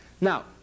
Now